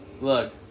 Look